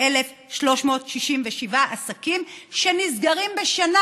41,367 עסקים שנסגרים בשנה?